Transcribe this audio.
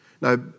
Now